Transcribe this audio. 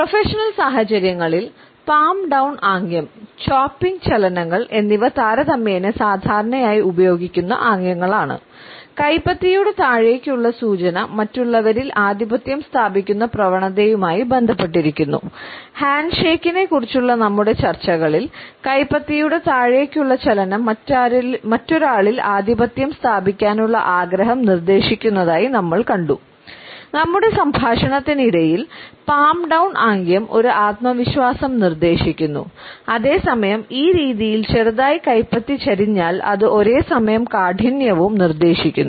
professional സാഹചര്യങ്ങളിൽ palm down ആംഗ്യം ഒരു ആത്മവിശ്വാസം നിർദ്ദേശിക്കുന്നു അതേ സമയം ഈ രീതിയിൽ ചെറുതായി കൈപ്പത്തി ചരിഞ്ഞാൽ അത് ഒരേസമയം കാഠിന്യവും നിർദ്ദേശിക്കുന്നു